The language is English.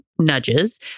nudges